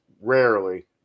rarely